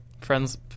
friends